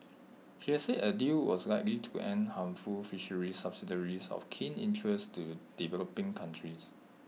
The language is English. she has said A deal was likely to end harmful fisheries subsidies of keen interest to developing countries